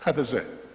HDZ.